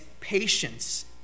patience